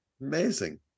Amazing